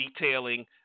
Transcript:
detailing